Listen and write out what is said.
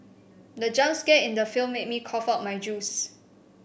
the jump scare in the film made me cough out my juice